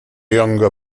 younger